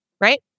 right